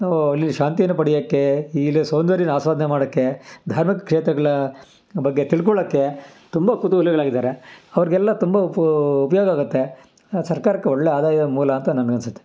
ಇಲ್ಲಿ ಶಾಂತಿನ ಪಡಿಯೋಕ್ಕೆ ಇಲ್ಲಿ ಸೌಂದರ್ಯನ ಆಸ್ವಾದನೆ ಮಾಡೋಕ್ಕೆ ಧರ್ಮ ಕ್ಷೇತ್ರಗಳ ಬಗ್ಗೆ ತಿಳ್ಕೊಳ್ಳೋಕ್ಕೆ ತುಂಬ ಕುತೂಹಲಿಗಳಾಗಿದ್ದಾರೆ ಅವ್ರಿಗೆಲ್ಲ ತುಂಬ ಉಪ ಉಪಯೋಗಾಗತ್ತೆ ಸರ್ಕಾರಕ್ಕೂ ಒಳ್ಳೆ ಆದಾಯ ಮೂಲ ಅಂತ ನನಗನ್ಸತ್ತೆ